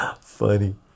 funny